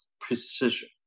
precision